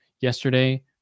yesterday